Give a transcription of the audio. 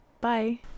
Bye